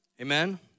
Amen